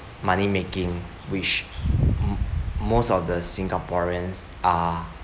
money making which m~ most of the singaporeans are